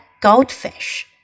goldfish